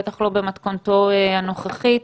בטח לא במתכונתו הנוכחית,